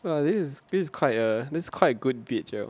well this is this is quite a this is quite a good vid~ jarrell